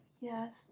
Yes